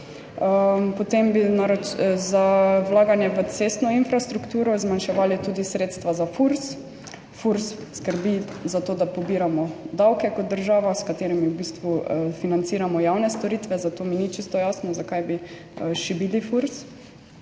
Potem bi za vlaganje v cestno infrastrukturo zmanjševali tudi sredstva za Furs. Furs skrbi za to, da pobiramo davke kot država, s katerimi v bistvu financiramo javne storitve, zato mi ni čisto jasno, zakaj bi šibili Furs.